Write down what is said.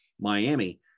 Miami